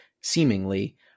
seemingly